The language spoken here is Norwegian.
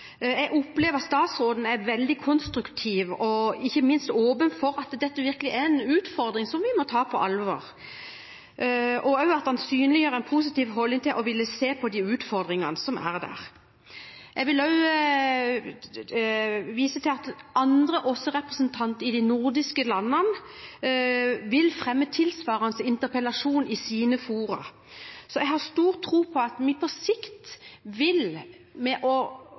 Jeg opplever at statsråden er veldig konstruktiv og ikke minst åpen for at dette virkelig er en utfordring som vi må ta på alvor, og også at han synliggjør en positiv holdning til å ville se på de utfordringene som er her. Jeg vil også vise til at representanter i de andre nordiske landene vil fremme tilsvarende interpellasjon i sine fora. Jeg har stor tro på at vi ved å drive denne saken framover på sikt vil klare å